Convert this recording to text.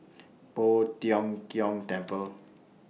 Poh Tiong Kiong Temple